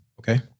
Okay